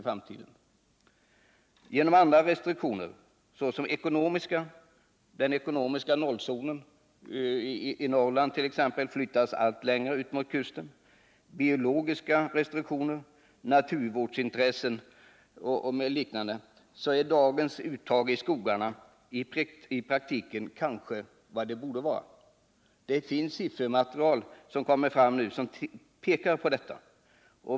Genom inverkan av andra restriktioner, t.ex. följderna av att den ekonomiska 0-zonen i Norrland flyttas allt längre ut mot kusten, genom biologiska restriktioner och på grund av naturvårdsintressen har dagens uttag i skogarna kanske i praktiken kommit att bli vad det borde vara. Ett fint siffermaterial som nu kommer att framläggas pekar på detta.